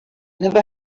never